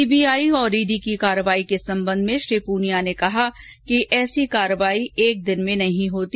CBI और ED की कार्यवाही के संबंध में श्री पूनिया ने कहा कि ऐसी कार्यवाही एक दिन में नही होती